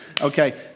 Okay